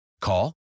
Call